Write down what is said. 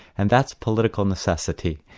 and that's political necessity.